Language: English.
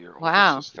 Wow